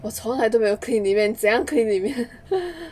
我从来都没有 clean 里面怎么样 clean 里面